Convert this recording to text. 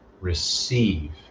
receive